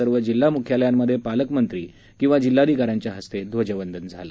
सर्व जिल्हा मुख्यालयांमधे पालकमंत्री किंवा जिल्हाधिकाऱ्यांच्या हस्ते ध्वजवंदन झालं